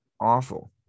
Awful